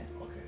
Okay